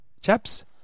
Chaps